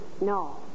No